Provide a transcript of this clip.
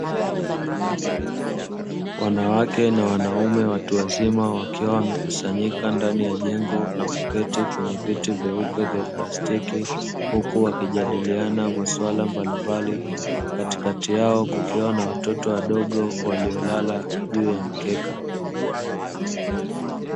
Wanawake na Wanaume watu wazima, wakiwa wamekusanyika ndani ya jengo, na kuketi kwenye viti vyeupe vya plastiki, huku wakijadiliana masuala mbalimbali, katikati yao kukiwa na watoto waliolala juu ya mkeka.